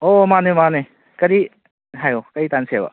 ꯑꯣ ꯃꯥꯅꯦ ꯃꯥꯅꯦ ꯀꯔꯤ ꯍꯥꯏꯌꯣ ꯀꯔꯤ ꯇꯥꯅꯁꯦꯕ